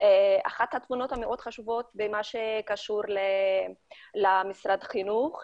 אחת התובנות המאוד חשובות במה שקשור למשרד החינוך,